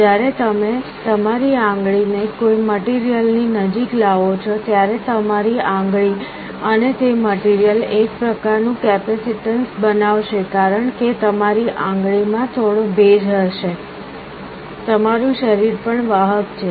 જ્યારે તમે તમારી આંગળી ને કોઈ મટીરીઅલની નજીક લાવો છો ત્યારે તમારી આંગળી અને તે મટીરીઅલ એક પ્રકાર નું કેપેસિટેન્સ બનાવશે કારણ કે તમારી આંગળી માં થોડો ભેજ હશે તમારું શરીર પણ વાહક છે